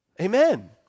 Amen